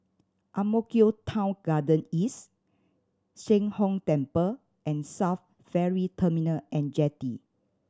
Ang Mo Kio Town Garden East Sheng Hong Temple and SAF Ferry Terminal And Jetty